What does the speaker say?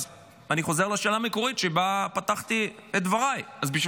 אז אני חוזר לשאלה המקורית שבה פתחתי את דבריי: אז בשביל